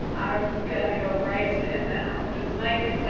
i was gonna go right to him now because, mike,